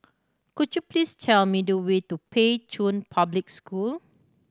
could you please tell me the way to Pei Chun Public School